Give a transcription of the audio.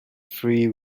free